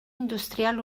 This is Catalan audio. industrial